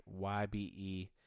YBE